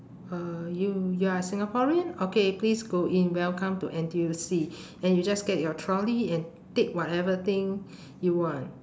uh you you are singaporean okay please go in welcome to N_T_U_C and you just get your trolley and take whatever thing you want